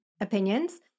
opinions